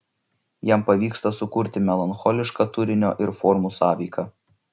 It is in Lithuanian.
jam pavyksta sukurti melancholišką turinio ir formų sąveiką